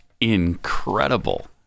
incredible